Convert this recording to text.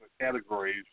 categories